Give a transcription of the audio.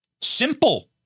simple